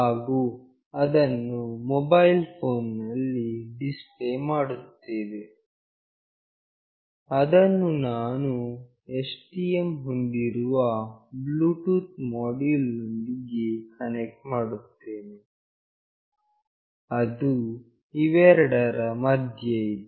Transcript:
ಹಾಗು ಅದನ್ನು mobile phone ನಲ್ಲಿ ಡಿಸ್ಪ್ಲೇ ಮಾಡುತ್ತೇವೆ ಅದನ್ನು ನಾನು STM ಹೊಂದಿರುವ ಬ್ಲೂಟೂತ್ ಮೋಡ್ಯುಲ್ ನೊಂದಿಗೆ ಕನೆಕ್ಟ್ ಮಾಡುತ್ತೇನೆ ಅದು ಇವೆರಡರ ಮಧ್ಯೆ ಇದೆ